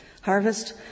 harvest